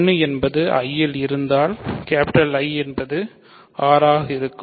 1 என்பது I இல் இருந்தால் I என்பது R ஆக இருக்கும்